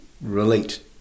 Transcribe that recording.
relate